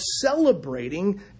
celebrating